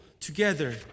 together